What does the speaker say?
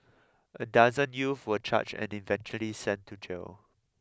a dozen youth were charged and eventually sent to jail